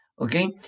Okay